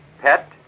pet